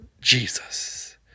Jesus